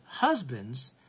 husbands